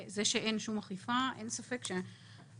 וזה שאין שום אכיפה, אין ספק שאנחנו